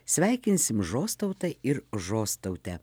sveikinsim žostautą ir žostautę